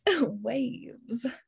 waves